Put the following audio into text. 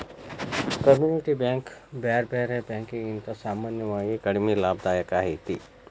community bank ಬ್ಯಾರೆ ಬ್ಯಾರೆ ಬ್ಯಾಂಕಿಕಿಗಿಂತಾ ಸಾಮಾನ್ಯವಾಗಿ ಕಡಿಮಿ ಲಾಭದಾಯಕ ಐತಿ